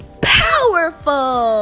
powerful